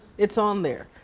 it's on there.